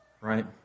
right